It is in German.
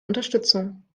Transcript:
unterstützung